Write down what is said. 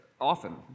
often